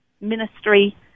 ministry